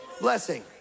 blessing